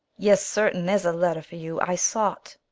yes, certain, there's a letter for you i saw it.